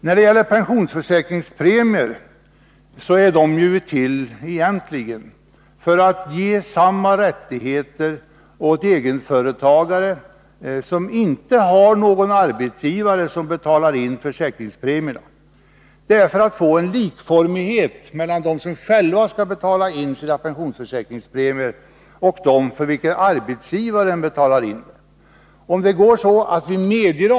När det gäller pensionsförsäkringspremier har man försökt få likformighet mellan dem som själva betalar in sin pensionsförsäkringspremie, dvs. egenföretagare, och dem för vilka arbetsgivaren betalar in den.